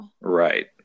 Right